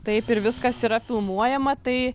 taip ir viskas yra filmuojama tai